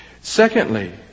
Secondly